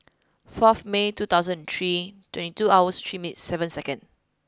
fourth May two thousand three twenty two hour three min seven second